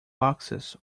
boxes